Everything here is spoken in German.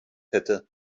hätte